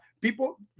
people